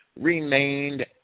remained